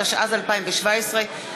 התשע"ז 2017,